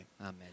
Amen